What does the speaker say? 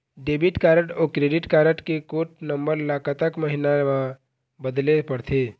Debit card अऊ credit card के code number ला कतक महीना मा बदले पड़थे?